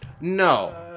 No